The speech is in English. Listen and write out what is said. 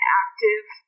active